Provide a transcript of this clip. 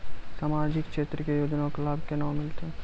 समाजिक क्षेत्र के योजना के लाभ केना मिलतै?